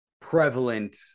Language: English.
prevalent